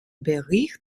bericht